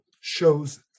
show's